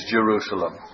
Jerusalem